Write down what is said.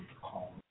call